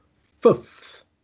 fifth